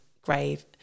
grave